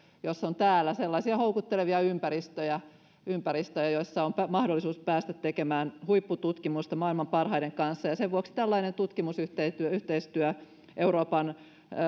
täällä on sellaisia houkuttelevia ympäristöjä ympäristöjä joissa on mahdollisuus päästä tekemään huippututkimusta maailman parhaiden kanssa sen vuoksi tällainen tutkimusyhteistyö euroopan